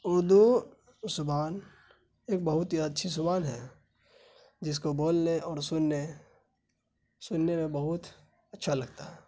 اردو زبان ایک بہت ہی اچھی زبان ہے جس کو بولنے اور سننے سننے میں بہت اچھا لگتا ہے